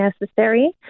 necessary